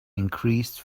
increased